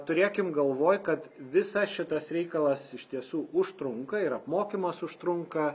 turėkim galvoj kad visas šitas reikalas iš tiesų užtrunka ir apmokymas užtrunka